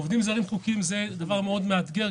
עובדים זרים חוקיים זה דבר מאתגר,